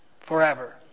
Forever